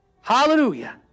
Hallelujah